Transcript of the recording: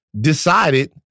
decided